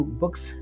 books